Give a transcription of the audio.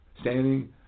standing